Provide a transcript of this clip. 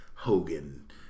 Hogan